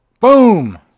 boom